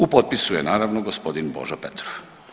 U potpisu je naravno gospodin Božo Petrov.